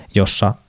jossa